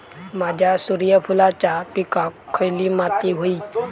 माझ्या सूर्यफुलाच्या पिकाक खयली माती व्हयी?